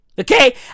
Okay